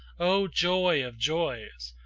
o joy of joys!